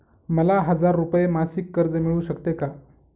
मला हजार रुपये मासिक कर्ज मिळू शकते का?